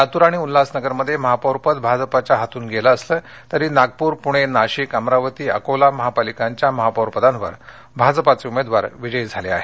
लातूर आणि उल्हासनगरमध्ये महापौरपद भाजपच्या हातून गेलं असलं तरी नागपूर पूणे नाशिक अमरावती अकोला महापालिकांच्या महापौर पदांवर भाजपचे उमेदवार विजयी झाले आहेत